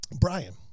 Brian